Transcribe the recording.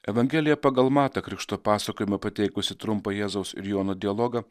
evangelija pagal matą krikšto pasakojime pateikusi trumpą jėzaus ir jono dialogą